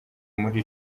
muri